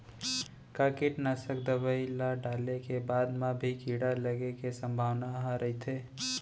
का कीटनाशक दवई ल डाले के बाद म भी कीड़ा लगे के संभावना ह रइथे?